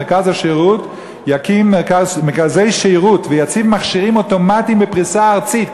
מרכז השירות יקים מרכזי שירות ויציב מכשירים אוטומטיים בפריסה ארצית,